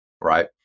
right